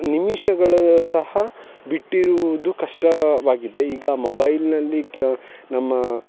ನಿಮಿಷಗಳು ಸಹ ಬಿಟ್ಟಿರುವುದು ಕಷ್ಟವಾಗಿದೆ ಈಗ ಮೊಬೈಲ್ನಲ್ಲಿ ಕ ನಮ್ಮ